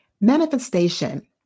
Manifestation